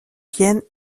vienne